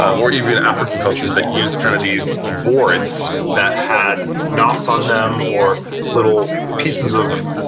um or even african cultures that use kind of these boards that had knots on them, or little pieces of